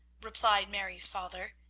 replied mary's father.